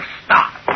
stop